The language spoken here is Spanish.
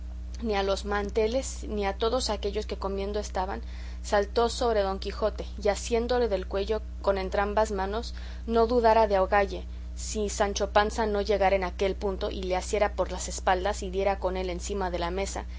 ni a los manteles ni a todos aquellos que comiendo estaban saltó sobre don quijote y asiéndole del cuello con entrambas manos no dudara de ahogalle si sancho panza no llegara en aquel punto y le asiera por las espaldas y diera con él encima de la mesa